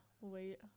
Wait